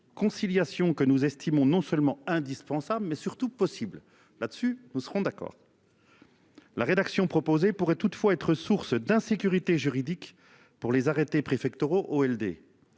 Conciliation que nous estimons non seulement indispensable mais surtout possible là dessus, nous serons d'accord. La rédaction proposée pourrait toutefois être source d'insécurité juridique pour les arrêtés préfectoraux LD.